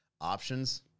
options